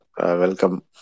Welcome